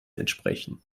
entsprechen